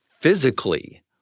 physically